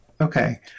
Okay